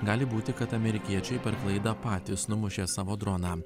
gali būti kad amerikiečiai per klaidą patys numušė savo droną